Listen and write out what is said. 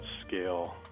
scale